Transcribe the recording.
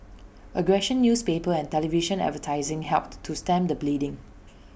aggressive newspaper and television advertising helped to stem the bleeding